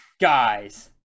Guys